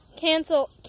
Cancel